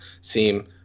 seem